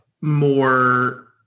more